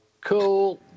Cool